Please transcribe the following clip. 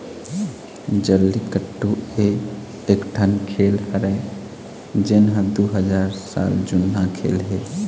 जल्लीकट्टू ए एकठन खेल हरय जेन ह दू हजार साल जुन्ना खेल हे